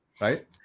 right